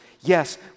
yes